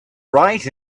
right